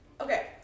Okay